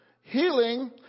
healing